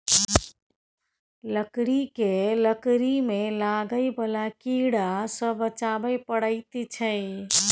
लकड़ी केँ लकड़ी मे लागय बला कीड़ा सँ बचाबय परैत छै